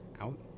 out